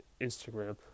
Instagram